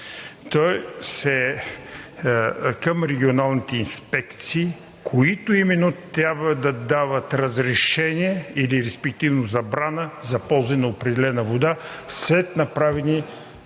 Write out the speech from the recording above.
той е към регионалните инспекции, които именно трябва да дават разрешение или респективно забрана за ползване на определена вода след направени